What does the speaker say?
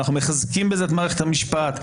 אנחנו מחזקים בזה את מערכת המשפט,